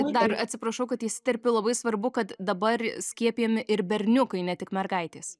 dar atsiprašau kad įsiterpiu labai svarbu kad dabar skiepijami ir berniukai ne tik mergaitės